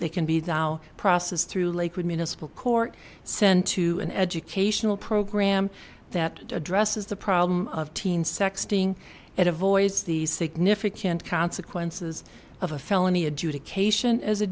they can be thou process through lakewood municipal court sent to an educational program that addresses the problem of teen sexting it avoids the significant consequences of a felony adjudication as a